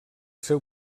seu